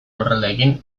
lurraldeekin